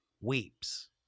weeps